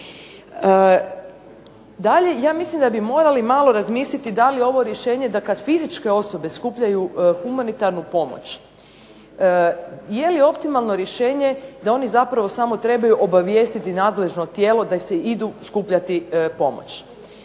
Dalje, ja mislim da bi morali malo razmisliti da li ovo rješenje da kad fizičke osobe skupljaju humanitarnu pomoć je li optimalno rješenje da oni zapravo samo trebaju obavijestiti nadležno tijelo da se idu skupljati pomoć.